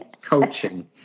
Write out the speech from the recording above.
Coaching